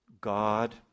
God